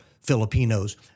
Filipinos